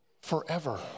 forever